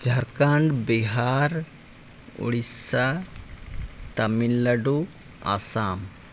Jharkhand Bihar Odisha Tamil Nadu Assam